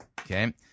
Okay